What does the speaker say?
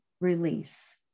release